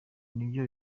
nibyo